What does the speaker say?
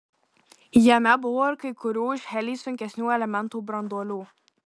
jame buvo ir kai kurių už helį sunkesnių elementų branduolių